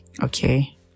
Okay